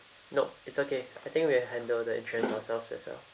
no it's okay I think we'll handle the insurance ourselves as well